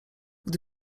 gdy